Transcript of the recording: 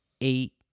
eight